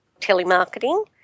telemarketing